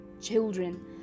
children